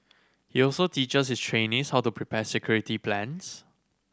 he also teaches his trainees how to prepare security plans